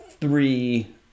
Three